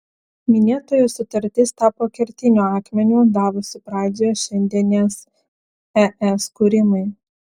minėtoji sutartis tapo kertiniu akmeniu davusiu pradžią šiandienės es kūrimui